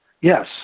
yes